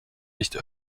nicht